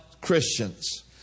Christians